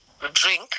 drink